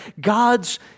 God's